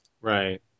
Right